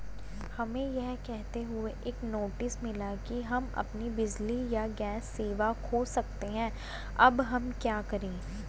हमें यह कहते हुए एक नोटिस मिला कि हम अपनी बिजली या गैस सेवा खो सकते हैं अब हम क्या करें?